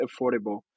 affordable